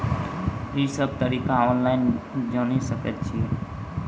ई सब तरीका ऑनलाइन जानि सकैत छी?